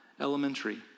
elementary